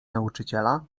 nauczyciela